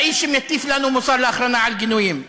האיש שמטיף לנו לאחרונה מוסר על גינויים.